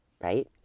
right